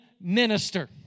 minister